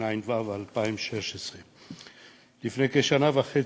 התשע"ו 2016. לפני כשנה וחצי,